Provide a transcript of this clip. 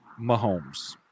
Mahomes